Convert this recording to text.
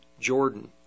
Jordan